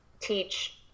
teach